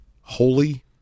holy